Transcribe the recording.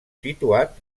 situat